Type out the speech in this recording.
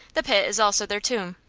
the pit is also their tomb.